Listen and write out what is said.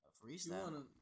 freestyle